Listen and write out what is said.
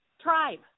tribe